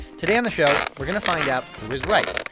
today on the show, we're going to find out who is right.